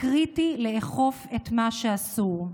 קריטי לאכוף את מה שאסור.